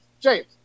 James